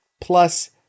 plus